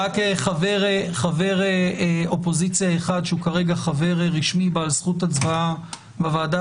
רק חבר אופוזיציה אחד שהוא כרגע חבר רשמי בעל זכות הצבעה בוועדה,